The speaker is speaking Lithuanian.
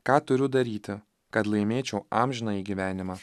ką turiu daryti kad laimėčiau amžinąjį gyvenimą